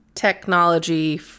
Technology